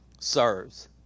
serves